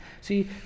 see